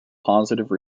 positive